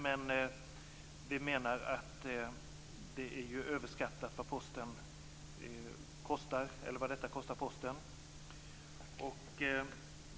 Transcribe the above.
Men vi menar att Postens kostnader för detta är överskattade.